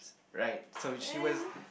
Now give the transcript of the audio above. right so she was